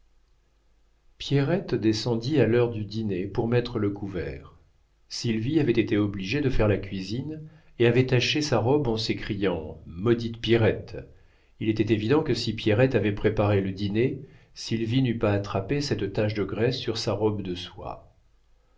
pierrette descendit à l'heure du dîner pour mettre le couvert sylvie avait été obligée de faire la cuisine et avait taché sa robe en s'écriant maudite pierrette il était évident que si pierrette avait préparé le dîner sylvie n'eût pas attrapé cette tache de graisse sur sa robe de soie